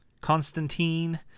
Constantine